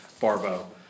Barbo